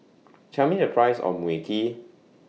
Tell Me The Price of Mui Kee